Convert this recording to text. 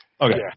Okay